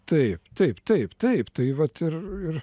taip taip taip taip tai vat ir ir